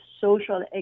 social